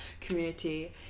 community